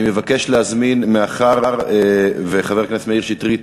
אני מבקש להזמין, מאחר שחבר הכנסת מאיר שטרית